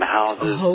houses